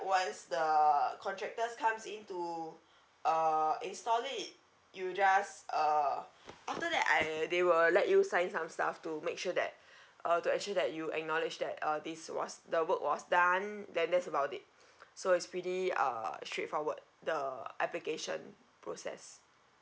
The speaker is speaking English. once the contractors comes in to uh install it you just uh after that I they will let you sign some stuff to make sure that uh to ensure that you acknowledge that uh this was the work was done then that's about it so it's pretty uh straightforward the application process